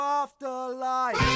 afterlife